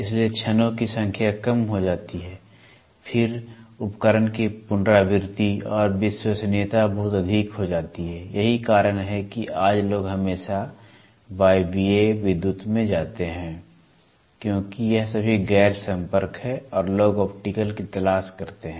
इसलिए क्षणों की संख्या कम हो जाती है फिर उपकरण की पुनरावृत्ति और विश्वसनीयता बहुत अधिक हो जाती है यही कारण है कि आज लोग हमेशा वायवीय विद्युत में जाते हैं क्योंकि यह सभी गैर संपर्क है और लोग ऑप्टिकल की तलाश करते हैं